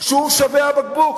ששווה הבקבוק.